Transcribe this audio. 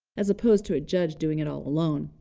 as opposed to a judge doing it all alone.